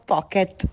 Pocket